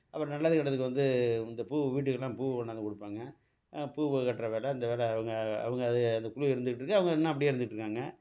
அப்புறம் நல்லது கெட்டதுக்கு வந்து இந்த பூ வீட்டுக்கெல்லாம் பூ கொண்டாந்து கொடுப்பாங்க பூ கட்டுற வேலை இந்த வேலை அவங்க அவங்க அது அந்த குழு இருந்துட்டுருக்கு அவங்க இன்னும் அப்படியே இருந்துட்டுருக்காங்க